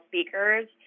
speakers